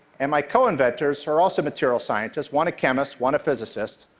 and my co-inventors are also material scientists, one a chemist, one a physicist,